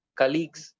colleagues